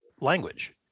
language